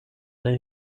alle